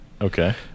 okay